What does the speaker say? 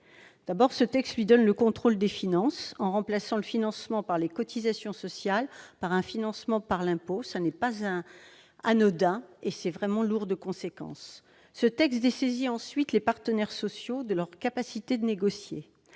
D'abord, le texte donne le contrôle des finances à l'État, en remplaçant le financement par les cotisations sociales par un financement par l'impôt. Ce n'est pas anodin ; c'est même lourd de conséquences. Ensuite, il dessaisit les partenaires sociaux de leur capacité de négocier.